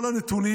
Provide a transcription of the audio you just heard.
כל הנתונים,